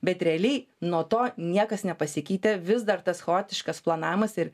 bet realiai nuo to niekas nepasikeitė vis dar tas chaotiškas planavimas ir